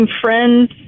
friends